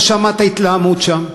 לא שמעת התלהמות שם,